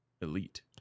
elite